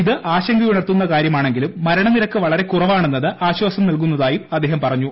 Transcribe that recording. അത് ആശങ്കയുണർത്തുന്ന കാര്യമാണെങ്കിലും മരണനിരക്ക് വളരെ കുറവാണെന്നത് ആശ്വാസം നൽകുന്നതായും അദ്ദേഹം പറഞ്ഞു